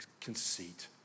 conceit